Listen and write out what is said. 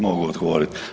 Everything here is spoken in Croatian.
Mogu odgovorit.